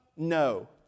No